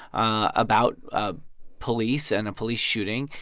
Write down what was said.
about ah police and a police shooting.